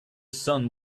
sun